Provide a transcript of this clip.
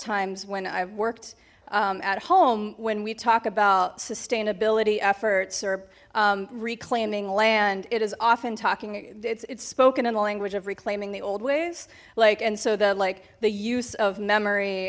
times when i've worked at home when we talk about sustainability efforts or reclaiming land it is often talking it's it's spoken in the language of reclaiming the old ways like and so that like the use of memory